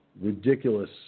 ridiculous